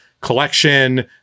collection